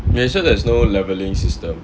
they said there's no levelling system